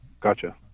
Gotcha